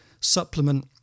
supplement